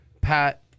Pat